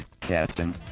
Captain